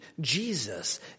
Jesus